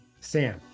Sam